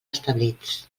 establits